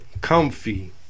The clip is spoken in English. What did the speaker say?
Comfy